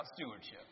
stewardship